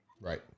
Right